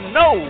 no